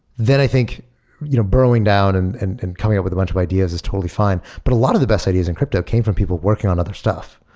then i think you know burrowing down and and and coming up with a bunch of ideas is totally fine. but a lot of the best ideas in crypto came from people working on other stuff.